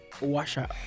washer